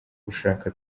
gushaka